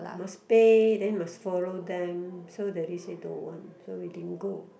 must pay then must follow them so daddy say don't want so we didn't go